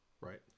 Right